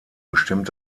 bestimmt